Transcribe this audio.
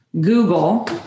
Google